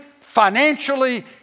financially